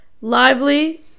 Lively